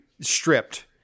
stripped